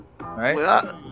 Right